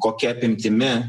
kokia apimtimi